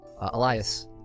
Elias